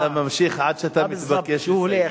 אתה ממשיך עד שאתה מתבקש לסיים.